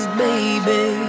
baby